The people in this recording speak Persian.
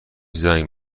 زنگ